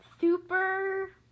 Super